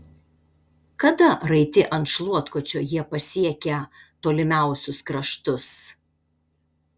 kada raiti ant šluotkočio jie pasiekią tolimiausius kraštus